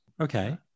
Okay